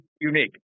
unique